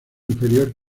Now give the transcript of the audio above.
inferior